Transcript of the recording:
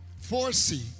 Foresee